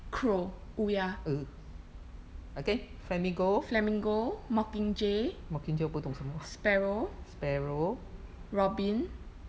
crow 乌鸦 flamingo mockingjay sparrow robin